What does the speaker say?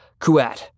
Kuat